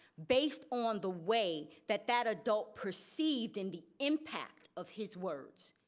based on the way that that adult perceived and the impact of his words.